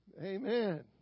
Amen